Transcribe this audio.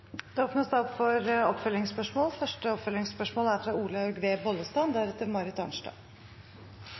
Det åpnes for oppfølgingsspørsmål – først Olaug V. Bollestad.